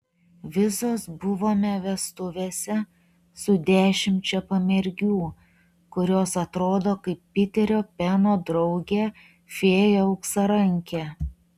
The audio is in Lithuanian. visos buvome vestuvėse su dešimčia pamergių kurios atrodo kaip piterio peno draugė fėja auksarankė